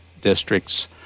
districts